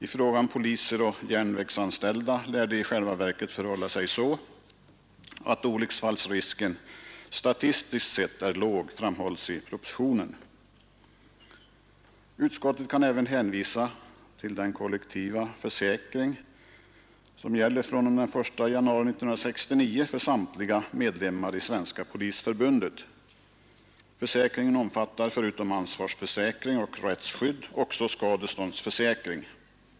I fråga om poliser och järnvägsanställda lär det i själva verket förhålla sig så, att olycksfallsrisken statistiskt sett är låg, framhålls det i propositionen. Utskottet kan även hänvisa till den kollektiva försäkring som gäller fr.o.m. den 1 januari 1969 för samtliga medlemmar i Svenska polisförbundet. Försäkringen omfattar förutom ansvarsförsäkring och rättsskydd också skadeståndsförsäkring.